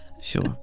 Sure